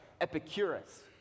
epicurus